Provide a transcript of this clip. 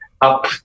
up